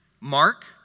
Mark